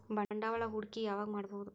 ಬಂಡವಾಳ ಹೂಡಕಿ ಯಾವಾಗ್ ಮಾಡ್ಬಹುದು?